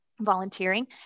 volunteering